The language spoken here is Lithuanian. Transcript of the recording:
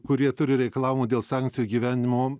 kurie turi reikalavimų dėl sankcijų įgyvendinimo